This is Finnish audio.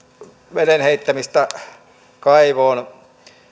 veden heittämistä kaivoon